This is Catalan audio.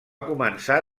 començar